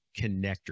connector